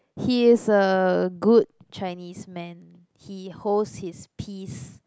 he is a good Chinese man he holds his peace